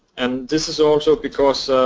and this is also because